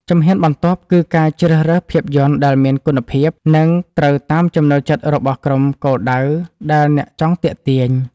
ជំហានបន្ទាប់ គឺការជ្រើសរើសភាពយន្តដែលមានគុណភាព និងត្រូវតាមចំណូលចិត្តរបស់ក្រុមគោលដៅដែលអ្នកចង់ទាក់ទាញ។